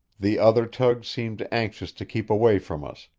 the other tug seemed anxious to keep away from us,